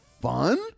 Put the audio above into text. fun